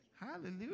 Hallelujah